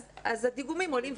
אז הדיגומים עולים.